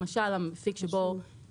למשל, --- שבו